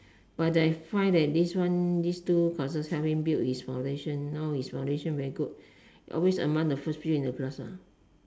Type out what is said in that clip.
but I find that this one this two courses help him build his foundation now his foundation very good always among the first few in the class